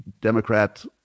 Democrat